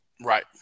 Right